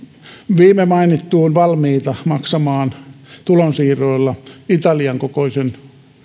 viime mainittuun valmiita maksamaan tulonsiirroilla italian kokoisen